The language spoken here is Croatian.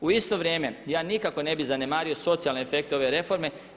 U isto vrijeme ja nikako ne bi zanemario socijalne efekte ove reforme.